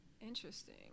interesting